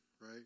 right